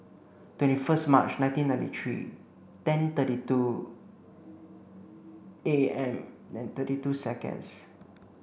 twenty first March nineteen ninety three ten thirty two A M and thirty two seconds